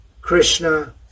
Krishna